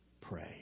pray